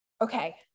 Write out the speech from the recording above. okay